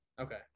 okay